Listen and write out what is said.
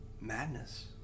madness